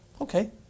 Okay